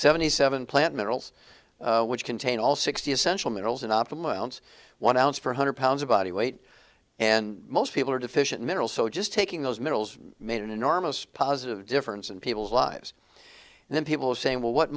seventy seven plant minerals which contain all sixty essential minerals an optimal one ounce for hundred pounds of body weight and most people are deficient mineral so just taking those metals made an enormous positive difference in people's lives and then people say well what